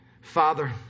Father